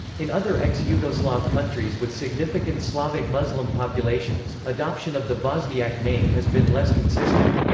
in other ex-yugoslav countries with significant slavic muslim populations, adoption of the bosniak name has been less consistent.